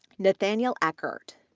nathaniel eckhart,